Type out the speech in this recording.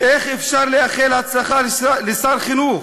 איך אפשר לאחל הצלחה לשר חינוך